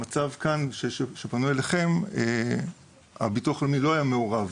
במקרה דנן הביטוח הלאומי לא היה מעורב.